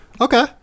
okay